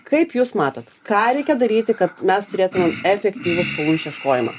kaip jūs matot ką reikia daryti kad mes turėtumėm efektyvų skolų išieškojimą